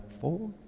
four